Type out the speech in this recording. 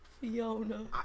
Fiona